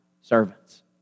servants